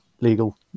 legal